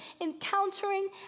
encountering